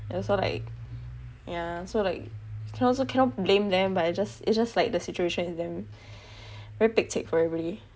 and also like yah so like cannot blame them but it's just it's just like the situation is damn very pekcek for everybody